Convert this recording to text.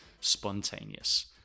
spontaneous